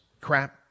crap